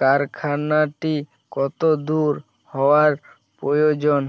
কারখানাটি কত দূর হওয়ার প্রয়োজন?